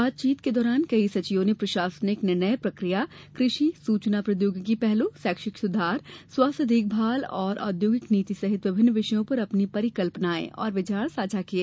बातचीत के दौरान कई सचिवों ने प्रशासनिक निर्णय प्रक्रिया कृषि सूचना प्रौद्योगिकी पहलों शैक्षिक सुधार स्वास्थ्य देखभाल और औद्योगिक नीति सहित विभिन्न विषयों पर अपनी परिकल्पनाएं और विचार साझा किए